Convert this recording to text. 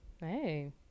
Hey